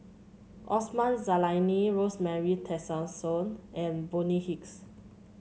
Osman Zailani Rosemary Tessensohn and Bonny Hicks